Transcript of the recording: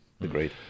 agreed